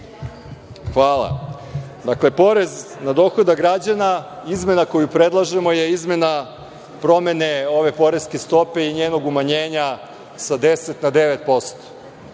Hvala. Dakle, porez na dohodak građana, izmena koju predlažemo je izmena promene ove poreske stope i njenog umanjenja sa 10% na 9%.